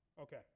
Okay